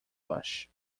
bush